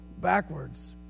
backwards